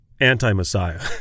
anti-messiah